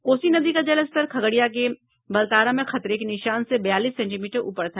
कोसी नदी का जलस्तर खगड़िया के बलतार में खतरे के निशान से बयालीस सेंटीमीटर ऊपर था